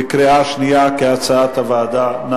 בקריאה שנייה, כהצעת הוועדה.